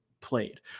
played